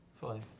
five